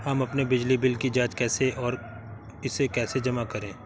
हम अपने बिजली बिल की जाँच कैसे और इसे कैसे जमा करें?